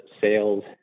sales